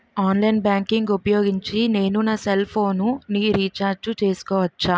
Online banking ఊపోయోగించి నేను నా సెల్ ఫోను ని రీఛార్జ్ చేసుకోవచ్చా?